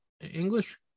English